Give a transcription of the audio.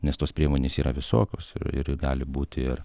nes tos priemonės yra visokios ir ir gali būti ir